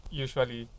Usually